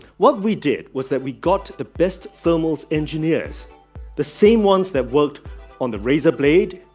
what we did was that we got the best thermals engineers the same ones that worked on the razer blade,